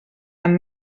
amb